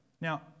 Now